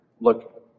look